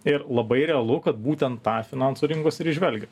ir labai realu kad būtent tą finansų rinkos ir įžvelgia